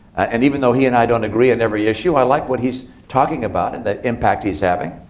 and even though he and i don't agree on every issue, i like what he's talking about, and the impact he's having.